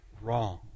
wrong